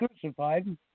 crucified